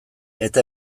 eta